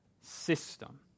system